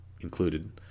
included